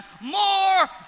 more